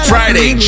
Friday